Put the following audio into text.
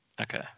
Okay